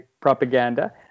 propaganda